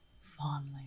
Fondly